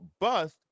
bust